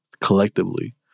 collectively